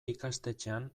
ikastetxean